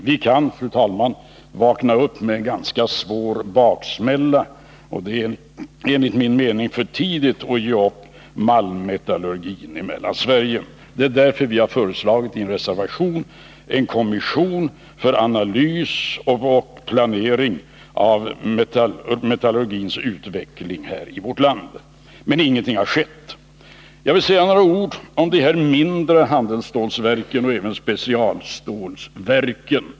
Vi kan, fru talman, vakna upp med en ganska svår baksmälla, och det är enligt min mening för tidigt att ge upp malmmetallurgin i Mellansverige. Det är därför vii en reservation har föreslagit en kommission för analys och planering av metallurgins utveckling här i vårt land. Men ingenting har skett. Jag vill säga några ord om de mindre handelsstålverken och även specialstålverken.